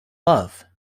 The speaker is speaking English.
love